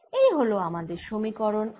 এই হল আমাদের সমীকরন 1